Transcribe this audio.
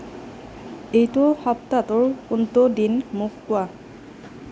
এইটো সপ্তাহটোৰ কোনটো দিন মোক কোৱা